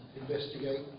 investigate